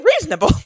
reasonable